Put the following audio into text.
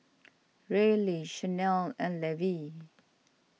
Reilly Shanelle and Levy